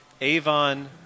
Avon